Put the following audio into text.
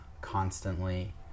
constantly